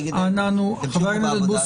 להגיד להם: תמשיכו בעבודה --- חה"כ בוסו,